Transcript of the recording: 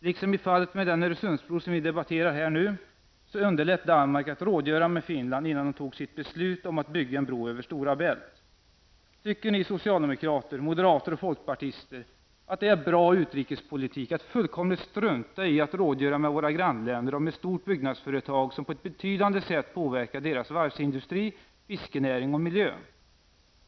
Liksom i fallet med den Öresundsbro som vi debatterar här nu, underlät Danmark att rådgöra med Finland innan man fattade sitt beslut om att bygga en bro över Stora Tycker ni socialdemokrater, moderater och folkpartister att det är bra utrikespolitik att fullkomligt strunta i att rådgöra med våra grannländer om ett stort byggnadsföretag, som på ett betydande sätt påverkar deras varvsindustri, fiskenäring och miljö?